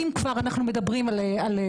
אם אנחנו כבר מדברים על סכנה.